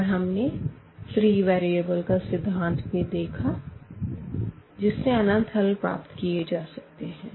और हमने free variable का सिद्धांत भी देखा जिससे अनंत हल प्राप्त किए जा सकते है